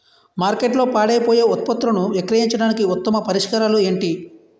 మార్కెట్లో పాడైపోయే ఉత్పత్తులను విక్రయించడానికి ఉత్తమ పరిష్కారాలు ఏంటి?